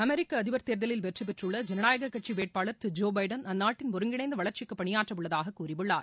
அமெரிக்க அதிபர் தேர்தலில் வெற்றி பெற்றுள்ள ஜனநாயக கட்சி வேட்பாளர் திரு ஜோ பைடன் அந்நாட்டின் ஒருங்கிணைந்த வளர்ச்சிக்கு பணியாற்ற உள்ளதாக கூறியுள்ளார்